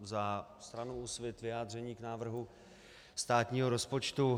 Za stranu Úsvit vyjádření k návrhu státního rozpočtu.